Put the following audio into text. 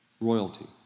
royalty